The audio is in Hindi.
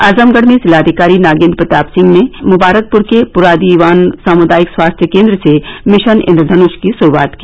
आजमगढ़ में जिलाधिकारी नागेन्द्र प्रसाद सिंह ने मुबारकपुर पुरादीवान सामुदायिक स्वास्थ्य केन्द्र से सघन मिशन इन्द्रधनुष की शुरूआत की